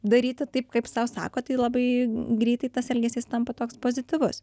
daryti taip kaip sau sako tai labai greitai tas elgesys tampa toks pozityvus